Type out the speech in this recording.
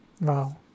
Wow